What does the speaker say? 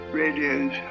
radios